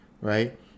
right